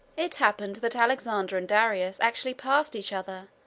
it happened that alexander and darius actually passed each other,